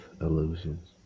illusions